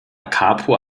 capo